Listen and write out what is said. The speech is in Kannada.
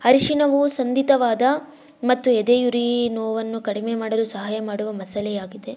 ಅರಿಶಿನವು ಸಂಧಿತವಾದ ಮತ್ತು ಎದೆಯುರಿ ನೋವನ್ನು ಕಡಿಮೆ ಮಾಡಲು ಸಹಾಯ ಮಾಡುವ ಮಸಾಲೆಯಾಗಿದೆ